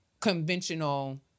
conventional